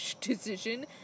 decision